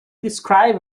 described